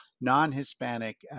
non-Hispanic